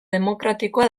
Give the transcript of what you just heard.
demokratikoa